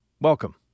Welcome